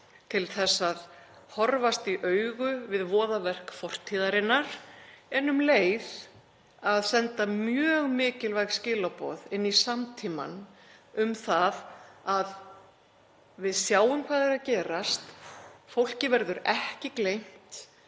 til þess að horfast í augu við voðaverk fortíðarinnar en um leið að senda mjög mikilvæg skilaboð inn í samtímann um það að við sjáum hvað er að gerast, fólki verður ekki gleymt.